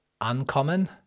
uncommon